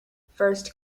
first